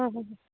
ਹਾਂ ਹਾਂ